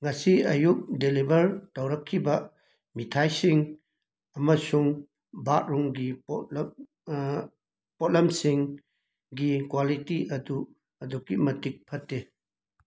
ꯉꯁꯤ ꯑꯌꯨꯛ ꯗꯦꯂꯤꯕꯔ ꯇꯧꯔꯛꯈꯤꯕ ꯃꯤꯊꯥꯏꯁꯤꯡ ꯑꯃꯁꯨꯡ ꯕꯥꯠꯔꯨꯝꯒꯤ ꯄꯣꯠꯂꯞ ꯄꯣꯠꯂꯝꯁꯤꯡꯒꯤ ꯀ꯭ꯋꯥꯂꯤꯇꯤ ꯑꯗꯨ ꯑꯗꯨꯛꯀꯤ ꯃꯇꯤꯛ ꯐꯠꯇꯦ